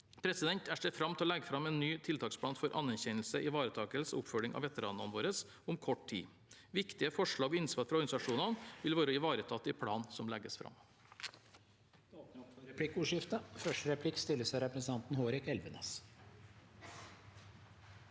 Jeg ser fram til å legge fram en ny tiltaksplan for anerkjennelse, ivaretakelse og oppfølging av veteranene våre om kort tid. Viktige forslag og innspill fra organisasjonene vil være ivaretatt i planen som legges fram.